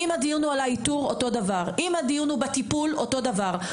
אם הדיון הוא על איתור אז אותו הדבר ואם הדיון על טיפול אז אותו הדבר.